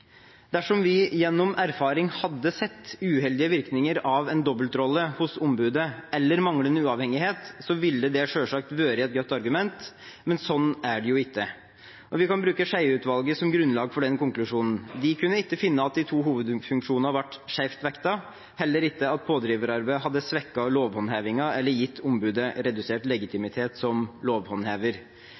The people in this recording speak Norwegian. Dersom vi gjennom erfaring hadde sett uheldige virkninger av en dobbeltrolle hos ombudet eller manglende uavhengighet, ville det selvsagt vært et godt argument, men slik er det ikke. Vi kan bruke Skjeie-utvalget som grunnlag for den konklusjonen. De kunne ikke finne at de to hovedfunksjonene ble skjevt vektet, heller ikke at pådriverarbeidet hadde svekket lovhåndhevingen eller gitt ombudet redusert legitimitet som lovhåndhever.